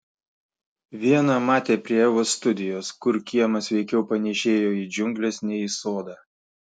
vieną matė prie evos studijos kur kiemas veikiau panėšėjo į džiungles nei į sodą